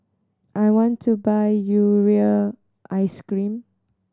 I want to buy Urea Ice Cream